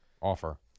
offer